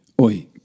Oi